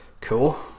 Cool